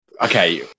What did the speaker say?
okay